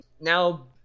Now